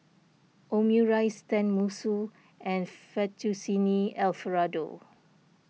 Omurice Tenmusu and Fettuccine Alfredo